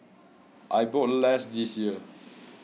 I bought less this year